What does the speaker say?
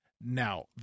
Now